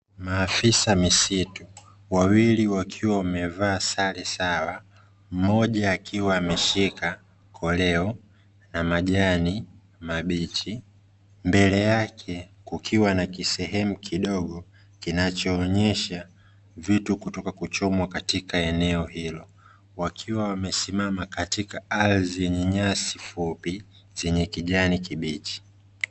Maafiisa misitu wawili wakiwa wamevaa sare sawa, mmoja akiwa ameshika koleo na majani mabichi, mbele yake kukiwa na kisehemu kidogo kinachoonyesha vitu kutokokwa kuchomwa katika eneo hilo, wakiwa wamesimama katika ardhi yenye nyasi fupi zenye kijani kibichi.